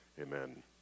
Amen